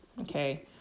Okay